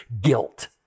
guilt